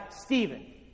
Stephen